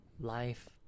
life